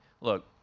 look